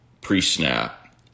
pre-snap